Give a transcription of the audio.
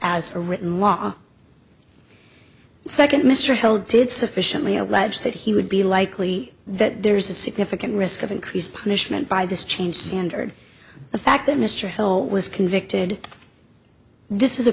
a written law second mr hell did sufficiently allege that he would be likely that there is a significant risk of increased punishment by this change standard the fact that mr hall was convicted this is